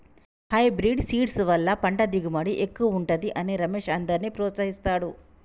hybrid seeds వల్ల పంట దిగుబడి ఎక్కువుంటది అని రమేష్ అందర్నీ ప్రోత్సహిస్తాడు